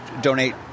donate